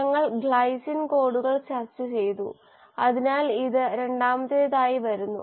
ഞങ്ങൾ ഗ്ലൈസിൻ കോഡുകൾ ചർച്ച ചെയ്തു അതിനാൽ ഇത് രണ്ടാമത്തേതായി വരുന്നു